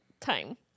time